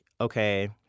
okay